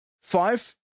five